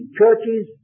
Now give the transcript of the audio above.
churches